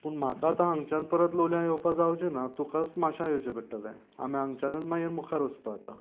पूण म्हाका आतां हांगच्यान परत लोलयां येवपा जावचेना तुकांच माश्यां येवचे पडटले आमी हांगच्यानूच मागीर मुखार वचपा जाता